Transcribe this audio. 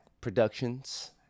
Productions